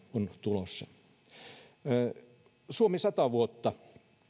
on tulossa suomi sata vuotta